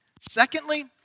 Secondly